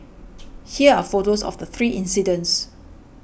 here are photos of the three incidents